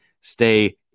stay